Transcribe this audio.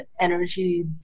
energy